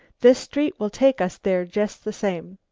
this street will take us there just the same.